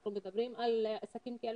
אנחנו מדברים על עסקים כאלה